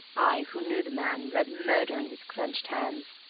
i, who knew the man, read murder in his clenched hands,